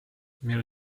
mil